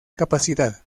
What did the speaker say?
capacidad